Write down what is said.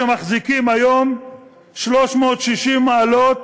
שמחזיקים היום 360 מעלות,